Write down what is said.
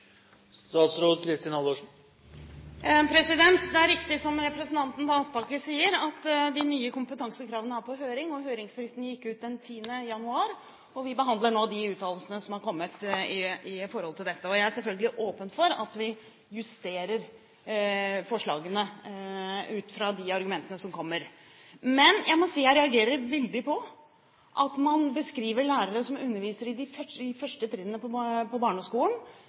Det er riktig som representanten Aspaker sier, at de nye kompetansekravene har vært på høring. Høringsfristen gikk ut den 10. januar, og vi behandler nå de uttalelsene som er kommet. Jeg er selvfølgelig åpen for at vi justerer forslagene ut fra de argumentene som kommer. Men jeg må si at jeg reagerer veldig på at man beskriver lærere som underviser i de første trinnene på